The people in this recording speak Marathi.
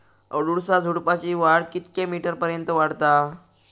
अडुळसा झुडूपाची वाढ कितक्या मीटर पर्यंत वाढता?